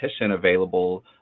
available